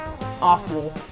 awful